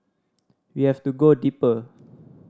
we have to go deeper